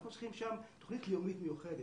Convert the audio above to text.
אנחנו צריכים שם תוכנית לאומית מיוחדת,